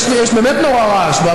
יש באמת הרבה רעש שם,